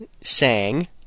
sang